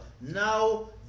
Now